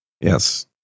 Yes